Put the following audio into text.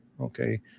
okay